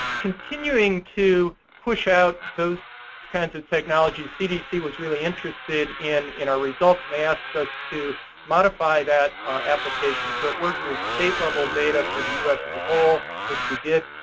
continuing to push out those kinds of technologies. cdc was really interested in in our results. and they asked us to modify that application so that it worked with state level data for the us, as a whole which we did.